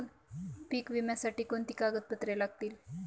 पीक विम्यासाठी कोणती कागदपत्रे लागतील?